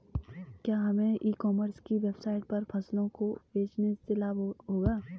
क्या हमें e commerce की वेबसाइट पर फसलों को बेचने से लाभ होगा?